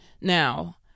Now